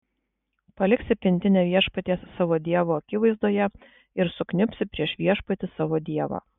paliksi pintinę viešpaties savo dievo akivaizdoje ir sukniubsi prieš viešpatį savo dievą